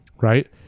right